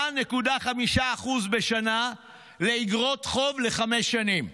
5.5% בשנה לאיגרות חוב לחמש שנים,